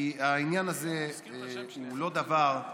כי העניין הזה הוא לא דבר,